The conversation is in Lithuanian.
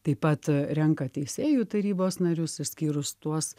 taip pat renka teisėjų tarybos narius išskyrus tuos